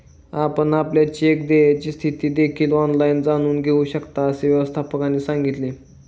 आपण आपल्या चेक देयची स्थिती देखील ऑनलाइन जाणून घेऊ शकता, असे व्यवस्थापकाने सांगितले